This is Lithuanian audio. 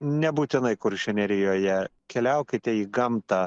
nebūtinai kuršių nerijoje keliaukite į gamtą